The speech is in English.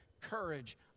courage